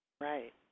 Right